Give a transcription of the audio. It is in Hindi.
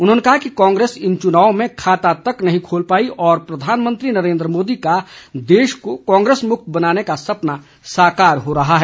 उन्होंने कहा कि कांग्रेस इन चुनावों में खाता तक नहीं खोल पाई है और प्रधानमंत्री नरेंद्र मोदी का देश को कांग्रेस मुक्त बनाने का सपना साकार हो रहा है